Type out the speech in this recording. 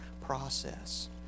process